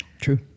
True